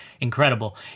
incredible